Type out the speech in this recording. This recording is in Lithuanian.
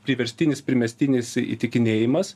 priverstinis primestinis įtikinėjimas